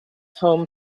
home